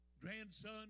grandson